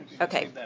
okay